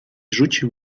rzucił